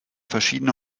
verschiedene